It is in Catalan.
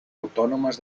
autònomes